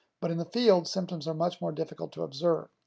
but in the field, symptoms are much more difficult to observe.